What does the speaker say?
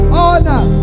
honor